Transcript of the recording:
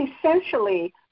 essentially